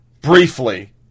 briefly